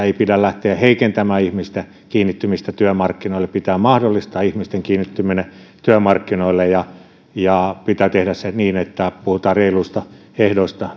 ei pidä lähteä heikentämään ihmisten kiinnittymistä työmarkkinoille vaan pitää mahdollistaa ihmisten kiinnittyminen työmarkkinoille ja ja pitää tehdä se niin että puhutaan reiluista ehdoista